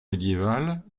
médiéval